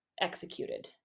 executed